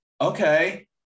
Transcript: okay